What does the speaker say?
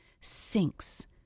sinks